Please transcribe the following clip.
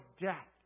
death